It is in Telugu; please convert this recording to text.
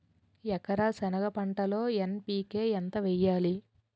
ఎకర సెనగ పంటలో ఎన్.పి.కె ఎంత వేయాలి?